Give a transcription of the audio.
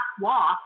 walk